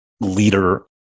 leader